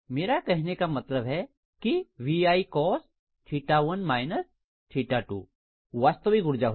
मेरा कहने का मतलब है कि VI cos 1 − 2 वास्तविक ऊर्जा होगी